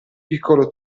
piccolo